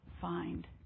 find